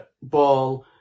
Ball